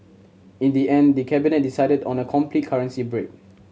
in the end the Cabinet decided on a complete currency break